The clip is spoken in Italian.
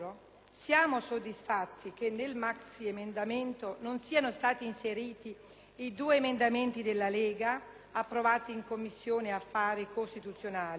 siamo soddisfatti che nel maxiemendamento non siano stati inseriti i due emendamenti della Lega approvati in Commissione affari costituzionali.